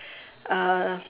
uh